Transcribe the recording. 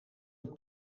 het